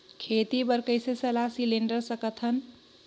खेती बर कइसे सलाह सिलेंडर सकथन?